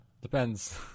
Depends